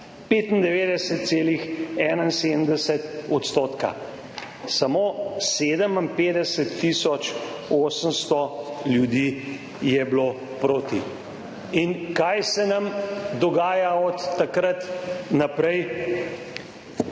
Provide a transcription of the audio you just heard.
95,71 %. Samo 57 tisoč 800 ljudi je bilo proti. In kaj se nam dogaja od takrat naprej?